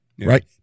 Right